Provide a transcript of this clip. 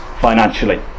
financially